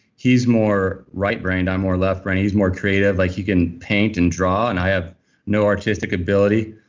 he's more right brained. i'm more left brained. he's more creative, like he can paint and draw. and i have no artistic ability.